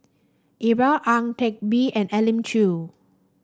Iqbal Ang Teck Bee and Elim Chew